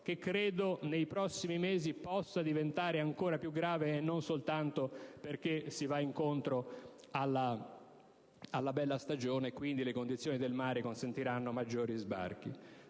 che credo nei prossimi mesi possa diventare ancora più grave, e non fosse soltanto per il fatto che si va incontro alla bella stagione e, quindi, le condizioni del mare consentiranno maggiori sbarchi.